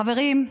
חברים,